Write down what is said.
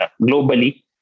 globally